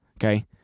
okay